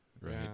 right